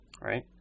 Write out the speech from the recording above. right